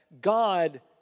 God